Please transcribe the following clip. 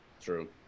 True